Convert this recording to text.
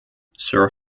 sir